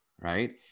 right